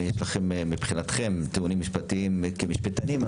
אם יש לכם מבחינתכם טיעונים משפטיים כמשפטנים,